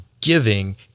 giving